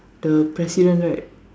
the president right